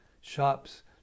shops